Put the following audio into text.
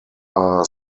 are